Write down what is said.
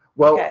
well, yeah